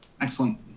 Excellent